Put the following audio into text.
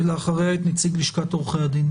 ואחריה נציג לשכת עורכי הדין.